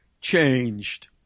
changed